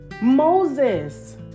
Moses